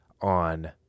on –